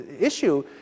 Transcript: issue